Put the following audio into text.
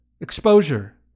Exposure